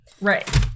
Right